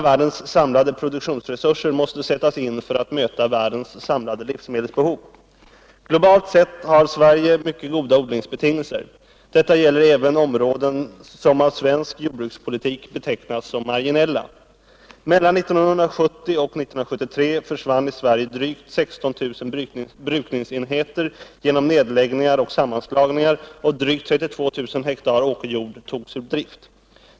Världens samlade produktionsresurser måste sättas in för att möta världens samlade livsmedelsbehov. Globalt sett har Sverige mycket goda odlingsbetingelser. Detta gäller även områden som i svensk jordbrukspolitik betecknas som marginella. Mellan 1970 och 1973 försvann i Sverige drygt 16 000 brukningsenheter genom nedläggningar och sammanslagningar och drygt 32 000 ha åkerjord togs ur drift.